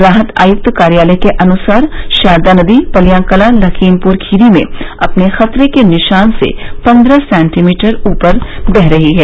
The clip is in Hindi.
राहत आयुक्त कार्यालय के अनुसार शारदा नदी पलियाकलां लखीमपुर खीरी अपने खतरे के निशान से पन्द्रह सेंटीमीटर ऊपर बह रही है